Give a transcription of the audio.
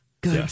Good